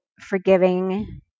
forgiving